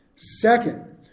Second